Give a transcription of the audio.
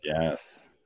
Yes